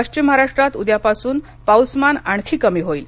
पश्चिम महाराष्ट्रात उद्यापासून पाउसमान आणखी कमी होईल